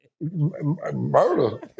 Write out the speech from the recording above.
Murder